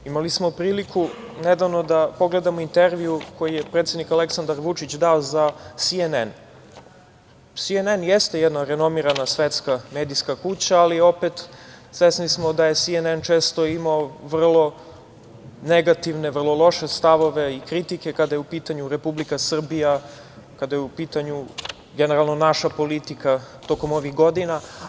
Imali smo priliku nedavno da pogledamo intervju koji je predsednik Aleksandar Vučić dao za CNN, CNN jeste jedna renomirana svetska medijska kuća, ali opet svesni smo da CNN često je imao vrlo negativne, vrlo loše stavove i kritike kada je u pitanju Republika Srbija, kada je u pitanju, generalno naša politika tokom ovih godina.